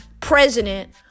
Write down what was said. president